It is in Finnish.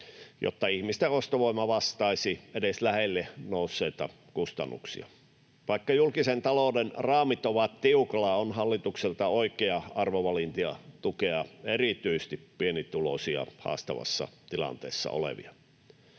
jotta ihmisten ostovoima vastaisi edes lähelle nousseita kustannuksia. Vaikka julkisen talouden raamit ovat tiukalla, on hallitukselta oikea arvovalinta tukea erityisesti pienituloisia, haastavassa tilanteessa olevia.